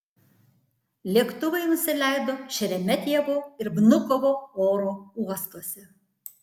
lėktuvai nusileido šeremetjevo ir vnukovo oro uostuose